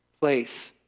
place